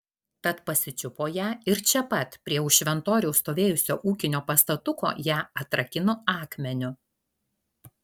tad pasičiupo ją ir čia pat prie už šventoriaus stovėjusio ūkinio pastatuko ją atrakino akmeniu